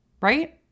right